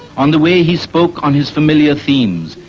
on the way he spoke on his familiar themes,